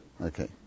Okay